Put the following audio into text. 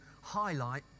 highlight